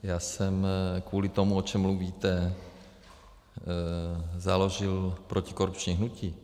Já jsem kvůli tomu, o čem mluvíte, založil protikorupční hnutí.